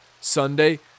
Sunday